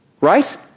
right